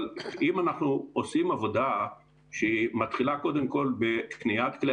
אבל אם אנחנו עושים עבודה שמתחילה קודם כול בקניית כלי